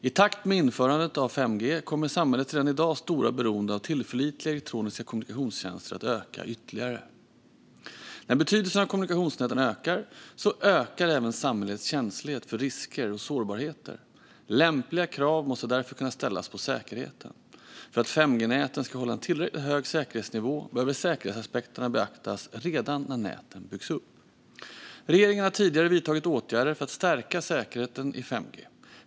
I takt med införandet av 5G kommer samhällets redan i dag stora beroende av tillförlitliga elektroniska kommunikationstjänster att öka ytterligare. När betydelsen av kommunikationsnäten ökar ökar även samhällets känslighet för risker och sårbarheter. Lämpliga krav måste därför kunna ställas på säkerheten. För att 5G-näten ska hålla en tillräckligt hög säkerhetsnivå behöver säkerhetsaspekterna beaktas redan när näten byggs upp. Regeringen har tidigare vidtagit åtgärder för att stärka säkerheten i 5G.